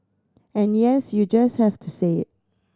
and yes you just have to say it